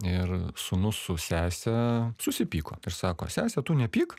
ir sūnus su sese susipyko ir sako sese tu nepyk